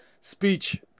speech